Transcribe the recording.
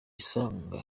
song